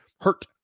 hurt